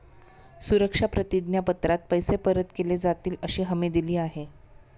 सुरक्षा प्रतिज्ञा पत्रात पैसे परत केले जातीलअशी हमी दिली आहे